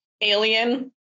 alien